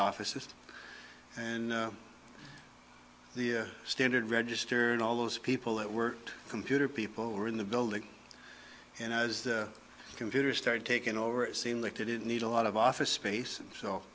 offices and the standard register and all those people that were computer people were in the building and i was the computer started taking over it seemed like they didn't need a lot of office space so